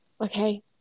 Okay